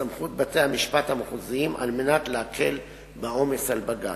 לסמכות בתי-המשפט המינהליים המחוזיים על מנת להקל את העומס על בג"ץ,